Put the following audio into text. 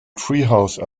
treehouse